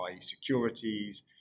securities